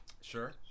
Sure